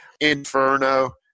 Inferno